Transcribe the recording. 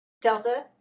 Delta